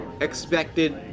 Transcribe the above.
expected